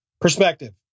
perspective